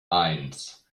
eins